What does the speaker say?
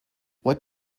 what